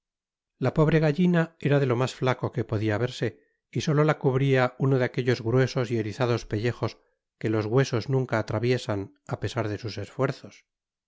la pobre gallina era de lo mas flaco que podia verse y solo la cubría uno de aquellos gruesos y erizados pellejos que los huesos nunca atraviesan á pesar de sus esfuerzos